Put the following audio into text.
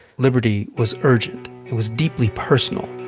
liberty was urgent. it was deeply personal.